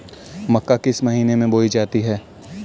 मक्का किस महीने में बोई जाती है?